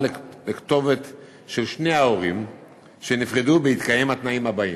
לכתובת של שני הוריו שנפרדו בהתקיים התנאים הבאים: